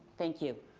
thank you.